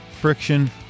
friction